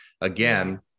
again